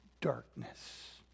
darkness